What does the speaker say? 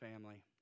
family